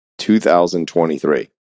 2023